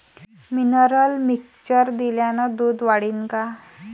Mineral mixture दिल्यानं दूध वाढीनं का?